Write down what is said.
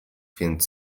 więc